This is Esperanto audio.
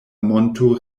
monto